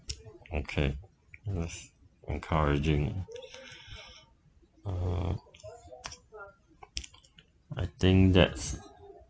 okay that's encouraging uh I think that's